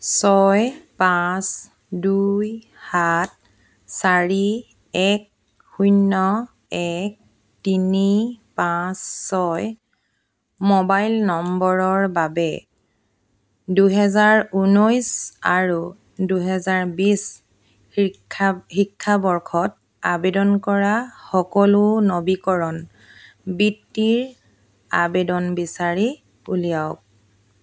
ছয় পাঁচ দুই সাত চাৰি এক শূন্য এক তিনি পাঁচ ছয় মোবাইল নম্বৰৰ বাবে দুহেজাৰ ঊনৈছ আৰু দুহেজাৰ বিছ শিক্ষাবৰ্ষত আবেদন কৰা সকলো নবীকৰণ বৃত্তিৰ আবেদন বিচাৰি উলিয়াওক